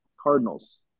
Cardinals